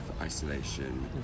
isolation